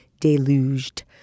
Deluged